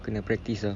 kena practise ah